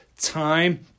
time